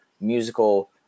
musical